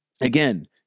again